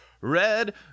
red